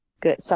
good